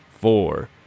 four